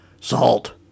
Salt